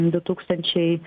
du tūkstančiai